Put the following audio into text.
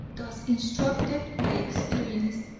thus instructed by experience,